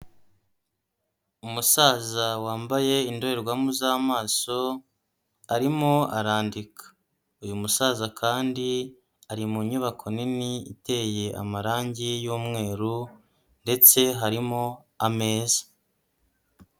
Umusaza wambaye indorerwamo z'amaso arimo arandika, uyu musaza kandi ari mu nyubako nini iteye amarangi y'umweru ndetse harimo ameza.